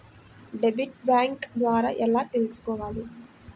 Debit bank ద్వారా ఎలా తీసుకోవాలి?